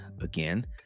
again